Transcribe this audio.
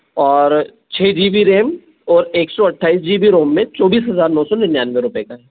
और छह G B RAM और एक सौ अट्ठाईस जी बी रोम में चौबीस हज़ार नौ सौ निन्यानवे रुपए का है